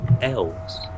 Elves